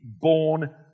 born